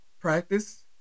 practice